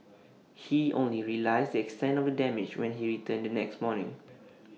he only realised the extent of the damage when he returned the next morning